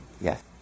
Yes